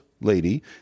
lady